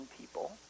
people